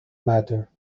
matter